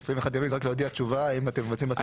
21 ימים להודיע תשובה האם אתם מבצעים בזמן.